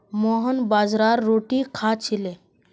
मोहन बाजरार रोटी खा छिले